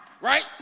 Right